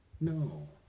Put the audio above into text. No